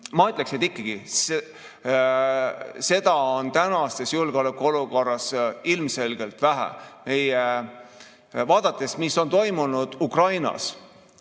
Ma ütleksin, et ikkagi on seda tänases julgeolekuolukorras ilmselgelt vähe. Vaadates, mis on toimunud Ukrainas,